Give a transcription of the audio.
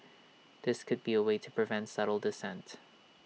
this could be A way to prevent subtle dissent